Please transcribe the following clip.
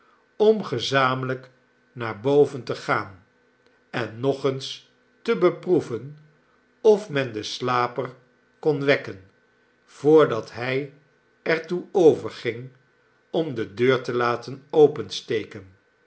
om gezamenlijk naar boven te gaan en nog eens te beproeven of men den slaper kon wekken voordat hij er toe overging om de deur te laten